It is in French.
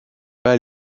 pas